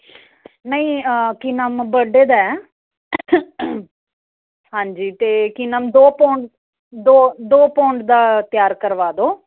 ਨਹੀਂ ਕੀ ਨਾਮ ਬਰਡੇ ਦਾ ਹੈ ਹਾਂਜੀ ਅਤੇ ਕੀ ਨਾਮ ਦਿਓ ਪੋਂ ਦੋ ਦੋ ਪੌਂਡ ਦਾ ਤਿਆਰ ਕਰਵਾ ਦਿਓ